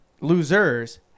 losers